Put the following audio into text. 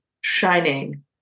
shining